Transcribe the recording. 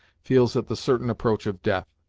feels at the certain approach of death.